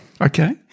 Okay